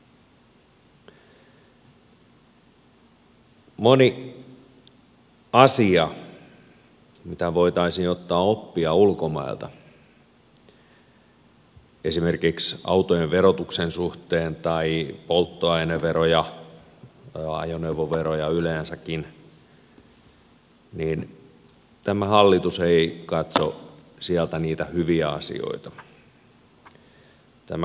monen asian kohdalla mitä voitaisiin ottaa oppia ulkomailta esimerkiksi autojen verotuksen tai polttoaineverojen suhteen ajoneuvoverojen yleensäkin tämä hallitus ei katso sieltä niitä hyviä asioita tämä katsoo kaikkea muuta